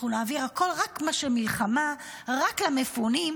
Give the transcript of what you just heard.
אנחנו נעביר הכול, רק מה שלמלחמה, רק למפונים.